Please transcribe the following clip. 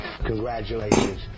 Congratulations